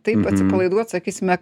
taip atsipalaiduot sakysime